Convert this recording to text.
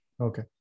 Okay